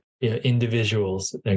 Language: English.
individuals